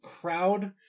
crowd